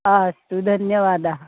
आस्तु धन्यवादः